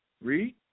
Read